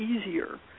easier